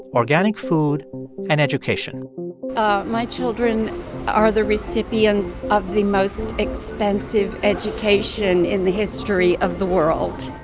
organic food and education my children are the recipients of the most expensive education in the history of the world